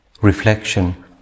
Reflection